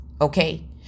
Okay